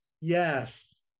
Yes